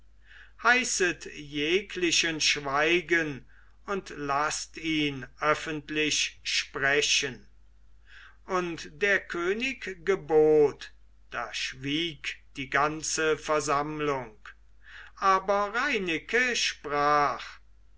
heißet jeglichen schweigen und laßt ihn öffentlich sprechen und der könig gebot da schwieg die ganze versammlung aber reineke sprach